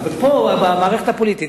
אבל פה, במערכת הפוליטית.